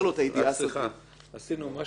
גם לרשויות אין שליטה על זה ולכן אישרנו גם בחלוף זמן